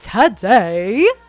today